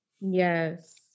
Yes